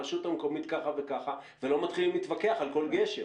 הרשות המקומית ככה וככה ולא מתחילים להתווכח על כל גשר.